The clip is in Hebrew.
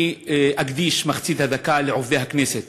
אני אקדיש מחצית הדקה לעובדי הכנסת.